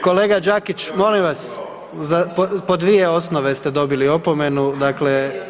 Kolega Đakić, molim vas, po dvije osnove ste dobili opomenu, dakle…